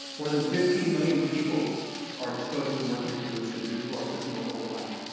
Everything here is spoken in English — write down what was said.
more than fifteen million people are exposed to mercury pollution due to artisanal goldmining.